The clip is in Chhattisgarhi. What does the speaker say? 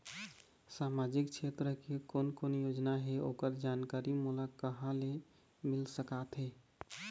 सामाजिक क्षेत्र के कोन कोन योजना हे ओकर जानकारी मोला कहा ले मिल सका थे?